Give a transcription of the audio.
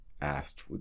asked